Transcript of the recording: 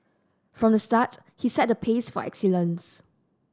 from the start he set the pace for excellence